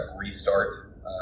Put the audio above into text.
restart